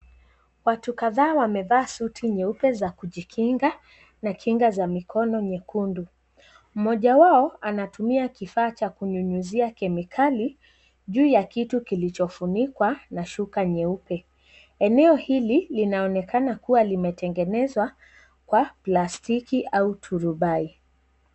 Watu kadhaa wamevaa suti nyeupe za kujikinga, za mikono miekundu. Mmoja wao anatumia kifaa cha kunyunyizia kemikali, juu ya kitu kilichofunikwa na shuka nyeupe. Eneo hili, linaonekana kuwa limetengenezwa, kwa plastiki au turubai.